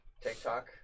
TikTok